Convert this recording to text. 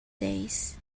days